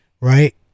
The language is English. right